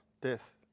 death